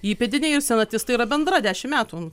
įpėdiniai ir senatis tai yra bendra dešimt metų